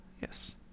yes